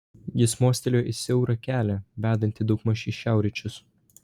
jis mostelėjo į siaurą kelią vedantį daugmaž į šiaurryčius